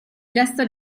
gesto